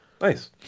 nice